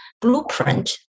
blueprint